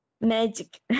magic